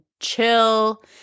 chill